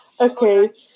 okay